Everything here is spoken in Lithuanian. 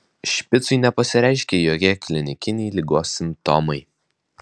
špicui nepasireiškė jokie klinikiniai ligos simptomai